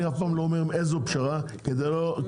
אני אף פעם לא אומר איזו פשרה כדי לא